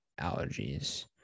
allergies